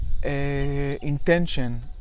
intention